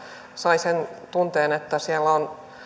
sai sen tunteen että siellä